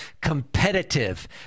competitive